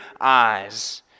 eyes